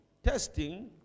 Testing